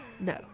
No